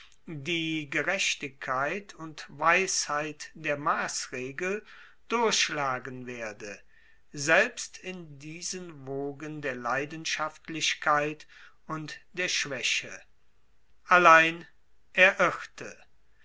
die gerechtigkeit und weisheit der massregel durchschlagen werde selbst in diesen wogen der leidenschaftlichkeit und der schwaeche allein